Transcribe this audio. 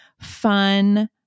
fun